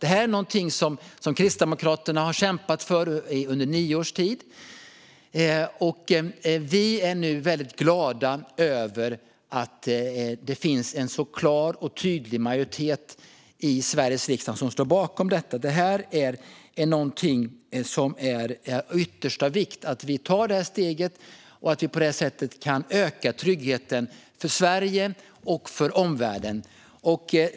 Detta är någonting som Kristdemokraterna har kämpat för under nio års tid, och vi är nu glada att det finns en så klar och tydlig majoritet i Sveriges riksdag som står bakom detta. Det är av yttersta vikt att vi tar det här steget och på det sättet kan öka tryggheten för Sverige och för omvärlden.